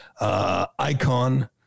icon